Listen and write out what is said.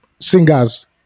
singers